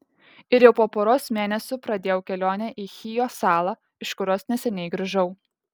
ir jau po poros mėnesių pradėjau kelionę į chijo salą iš kurios neseniai grįžau